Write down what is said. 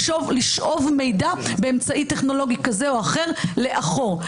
לשאוב מידע באמצעי טכנולוגי כזה או אחר לאחור.